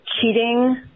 cheating